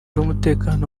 w’umutekano